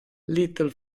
little